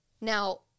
Now